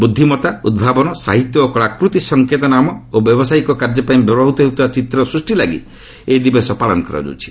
ବୁଦ୍ଧି ଉଭାବନ ସାହିତ୍ୟ ଓ କଳାକୃତି ସଙ୍କେତ ନାମ ଓ ବ୍ୟାବସାୟିକ କାର୍ଯ୍ୟ ପାଇଁ ବ୍ୟବହୃତ ହେଉଥିବା ଚିତ୍ରର ସୃଷ୍ଟି ଲାଗି ଏହି ଦିବସ ପାଳନ କରାଯାଉଛି